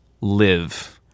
live